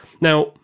Now